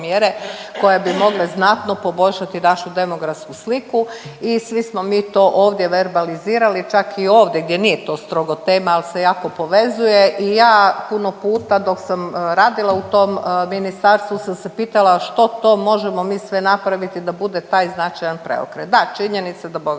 koje bi mogle znatno poboljšati našu demografsku sliku i svi smo mi to ovdje verbalizirali, čak i ovdje gdje nije to strogo tema, ali se jako povezuje i ja puno puta dok sam radila u tom ministarstvu sam se pitala što to možemo mi sve napraviti da bude taj značajan preokret. Da, činjenica da bogate